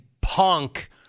punk